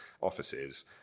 offices